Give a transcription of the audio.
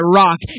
rock